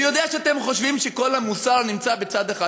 אני יודע שאתם חושבים שכל המוסר נמצא בצד אחד,